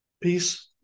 Peace